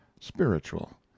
spiritual